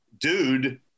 dude